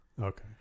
Okay